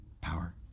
power